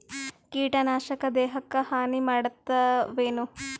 ಕೀಟನಾಶಕ ದೇಹಕ್ಕ ಹಾನಿ ಮಾಡತವೇನು?